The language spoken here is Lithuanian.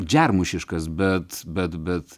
džiarmušiškas bet bet bet